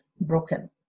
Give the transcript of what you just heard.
broken